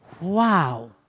Wow